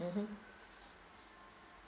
mmhmm